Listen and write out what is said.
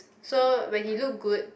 so when he look good